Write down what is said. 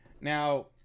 Now